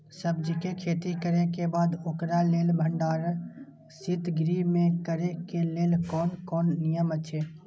सब्जीके खेती करे के बाद ओकरा लेल भण्डार शित गृह में करे के लेल कोन कोन नियम अछि?